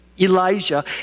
Elijah